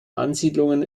ansiedlungen